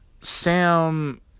Sam